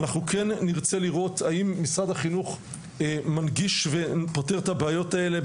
כן נרצה לראות האם משרד החינוך מנגיש ופותר את הבעיות האלה.